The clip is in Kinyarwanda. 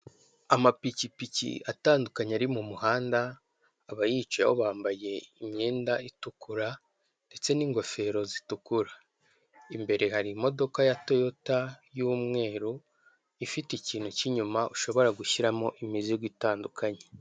Amapikipiki atandukanye ari mu muhanda, abayicayeho bambaye imyenda itukura ndetse n'ingofero zitukura. Imbere hari imodoka ya toyota y'umweru ,ifite ikintu cy'inyuma ushobora gushyiramo imizigo itandukanye.